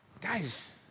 Guys